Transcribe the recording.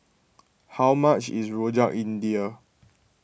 how much is Rojak India